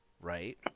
Right